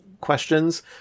questions